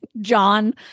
John